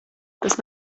tas